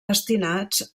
destinats